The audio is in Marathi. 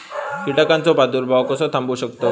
कीटकांचो प्रादुर्भाव कसो थांबवू शकतव?